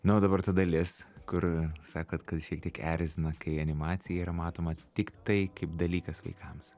na o dabar ta dalis kur sakot kad šiek tiek erzina kai animacija yra matoma tiktai kaip dalykas vaikams